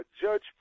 Judge